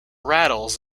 rattles